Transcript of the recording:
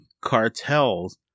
cartels